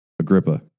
Agrippa